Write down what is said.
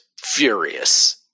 furious